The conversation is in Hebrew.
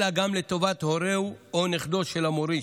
אלא גם לטובת הורהו או נכדו של המוריש,